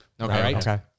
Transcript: Okay